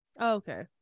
Okay